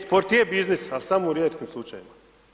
Sport je biznis ali samo u rijetkim slučajevima.